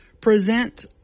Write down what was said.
present